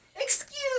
Excuse